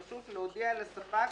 הרשות) להודיע לספק